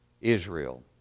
Israel